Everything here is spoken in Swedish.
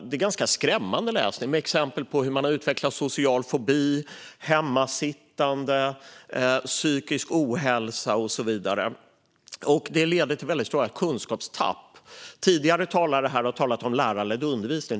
Det är ganska skrämmande läsning med exempel på hur man har utvecklat social fobi, hemmasittande, psykisk ohälsa och så vidare. Det leder också till väldigt stora kunskapstapp. Tidigare talare har talat om lärarledd undervisning.